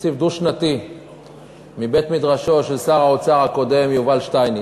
תקציב דו-שנתי מבית-מדרשו של שר האוצר הקודם יובל שטייניץ.